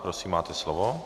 Prosím, máte slovo.